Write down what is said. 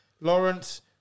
Lawrence